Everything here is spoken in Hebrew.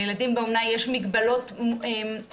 לילדים באומנה יש מגבלות אינהרנטיות